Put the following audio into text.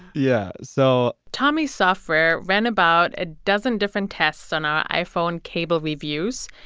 yeah. so. tommy's software ran about a dozen different tests on iphone cable reviews.